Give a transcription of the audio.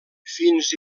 fins